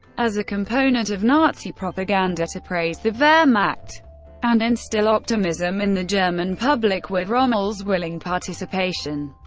as a component of nazi propaganda to praise the wehrmacht and instill optimism in the german public, with rommel's willing participation.